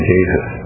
Jesus